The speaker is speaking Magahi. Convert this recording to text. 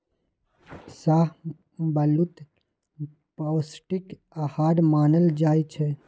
शाहबलूत पौस्टिक अहार मानल जाइ छइ